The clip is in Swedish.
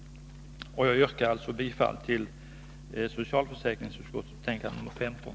Herr talman! Jag yrkar bifall till socialförsäkringsutskottets hemställan i betänkande nr 15.